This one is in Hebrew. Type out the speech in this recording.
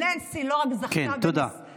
וננסי לא רק זכתה, כן, תודה.